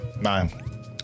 nine